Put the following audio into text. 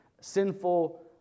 sinful